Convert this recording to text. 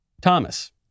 Thomas